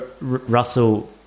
Russell